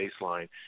baseline